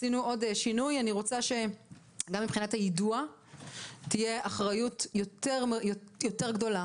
עשינו עוד שינוי ואני רוצה שגם מבחינת היידוע תהיה אחריות יותר גדולה.